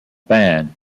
band